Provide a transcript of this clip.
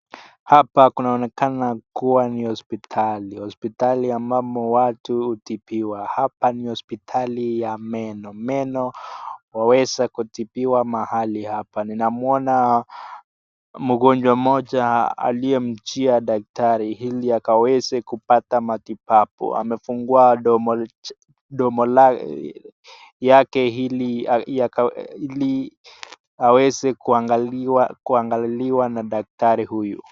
Hapa kunaonekana kuwa ni hospitali. Hospitali ambamo watu hutibiwa hapa ni hospitali ya meno meno waweza kutibiwa mahali hapa. Ninamuona mgonjwa mmoja aliyemjia daktari ili akaweze kupata matibabu. Amefungwa mdomo yake ili aweze kuangaliwa na daktari huyu.